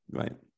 right